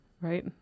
Right